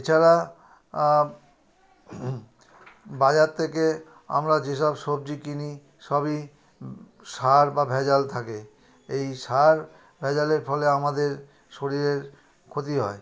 এছাড়া বাজার থেকে আমরা যেসব সবজি কিনি সবই সার বা ভেজাল থাকে এই সার ভেজালের ফলে আমাদের শরীরের ক্ষতি হয়